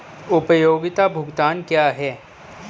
उपयोगिता भुगतान क्या हैं?